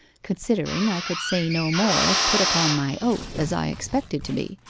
considering i could say no more if put upon my oath, as i expected to be.